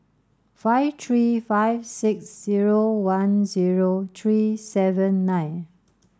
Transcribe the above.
five three five six zero one zero three seven nine